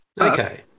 Okay